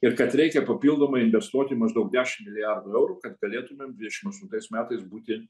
ir kad reikia papildomai investuoti maždaug dešimt milijardų eurų kad galėtumėm dvidešimt aštuntais metais būti